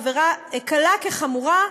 עבירה קלה כחמורה,